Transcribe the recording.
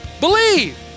Believe